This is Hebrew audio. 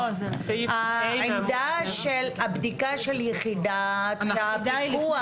הבדיקה של יחידת הפיקוח,